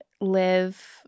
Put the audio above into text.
live